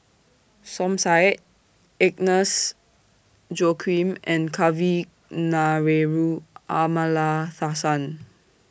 Som Said Agnes Joaquim and Kavignareru Amallathasan